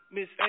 Miss